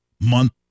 month